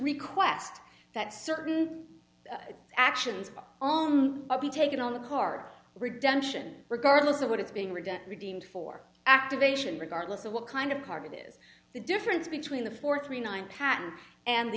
request that certain actions be taken on the card redemption regardless of what it's being redeemed for activation regardless of what kind of card it is the difference between the four three nine patent and the